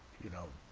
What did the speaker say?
you know,